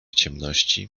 ciemności